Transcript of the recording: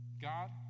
God